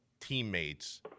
teammates –